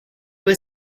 were